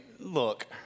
Look